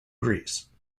greece